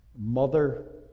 mother